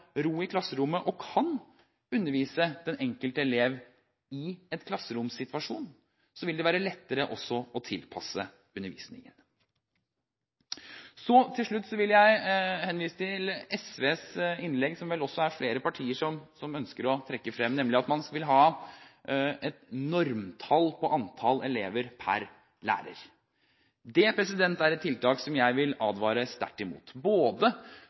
ro i klasserommet og kan undervise den enkelte elev i en klasseromssituasjon, vil det være lettere også å tilpasse undervisningen. Til slutt vil jeg henvise til SVs innlegg, som det vel også er flere partier som ønsker å trekke frem, nemlig at man vil ha et normtall på antall elever per lærer. Det er et tiltak som jeg vil advare sterkt